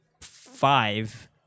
five